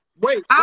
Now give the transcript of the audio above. Wait